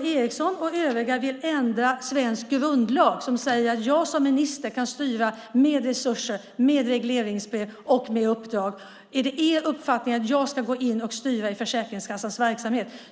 G Ericson och övriga ändra svensk grundlag, som säger att jag som minister kan styra med resurser, regleringsbrev och uppdrag? Är det er uppfattning att jag ska gå in och styra i Försäkringskassans verksamhet?